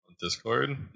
Discord